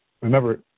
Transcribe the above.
Remember